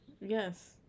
yes